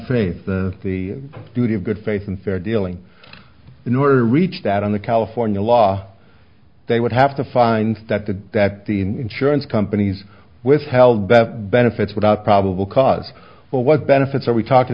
faith the duty of good faith and fair dealing in order to reach that on the california law they would have to find that the that the insurance companies withheld better benefits without probable cause or what benefits are we talking